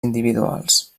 individuals